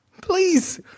Please